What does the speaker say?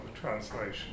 translation